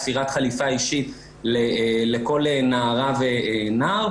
תפירת חליפה אישית לכל נערה ונער,